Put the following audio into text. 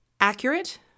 accurate